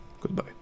Goodbye